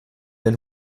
den